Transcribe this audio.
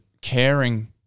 caring